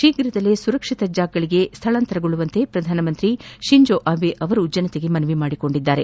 ಶೀಘ್ರದಲ್ಲೇ ಸುರಕ್ಷಿತ ಜಾಗಗಳಿಗೆ ಸ್ವಳಾಂತರಗೊಳ್ಳುವಂತೆ ಪ್ರಧಾನಮಂತ್ರಿ ಶಿಂಜೋಅಬೆ ಜನತೆಗೆ ಮನವಿ ಮಾಡಿದ್ದಾರೆ